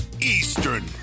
Eastern